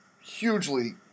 hugely